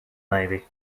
navy